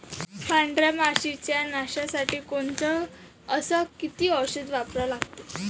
पांढऱ्या माशी च्या नाशा साठी कोनचं अस किती औषध वापरा लागते?